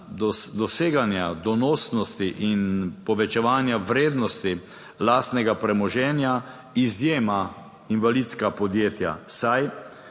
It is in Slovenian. doseganja donosnosti in povečevanja vrednosti lastnega premoženja izjema invalidska podjetja, saj